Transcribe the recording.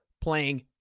playing